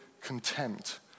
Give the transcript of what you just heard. contempt